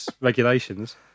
regulations